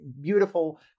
beautiful